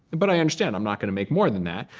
but i understand i'm not going to make more than that.